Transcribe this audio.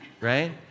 right